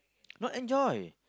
no enjoy